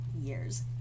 years